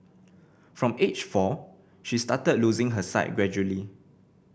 from age four she started losing her sight gradually